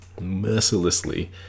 mercilessly